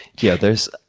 yeah, there's